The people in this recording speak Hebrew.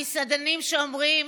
המסעדנים שאומרים: